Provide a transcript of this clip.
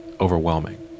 overwhelming